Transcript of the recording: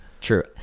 True